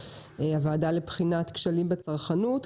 הוועדה לבחינת כשלים בצרכנות.